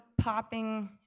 popping